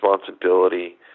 responsibility